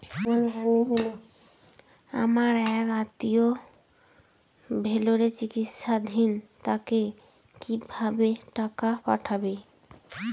আমার এক আত্মীয় ভেলোরে চিকিৎসাধীন তাকে কি ভাবে টাকা পাঠাবো?